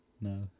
No